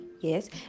Yes